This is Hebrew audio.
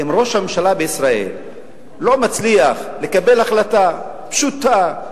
אם ראש הממשלה בישראל לא מצליח לקבל החלטה פשוטה,